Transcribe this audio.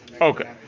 Okay